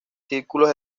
círculos